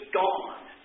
gone